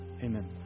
Amen